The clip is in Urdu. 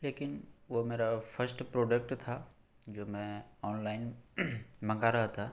لیکن وہ میرا فرسٹ پروڈکٹ تھا جو میں آن لائن منگا رہا تھا